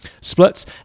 splits